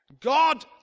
God